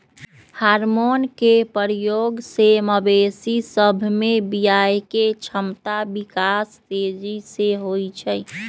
hormone के प्रयोग से मवेशी सभ में बियायके क्षमता विकास तेजी से होइ छइ